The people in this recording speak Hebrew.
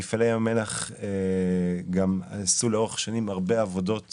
מפעלי ים המלח עשו לאורך שנים הרבה עבודות